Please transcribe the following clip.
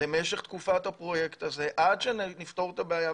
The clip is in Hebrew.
למשך תקופת הפרויקט הזה עד שנפתור את הבעיה.